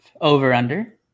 over-under